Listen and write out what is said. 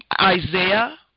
Isaiah